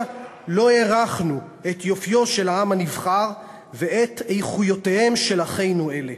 לא הערכנו את יופיו של העם הנבחר ואת איכויותיהם של אחינו אלה.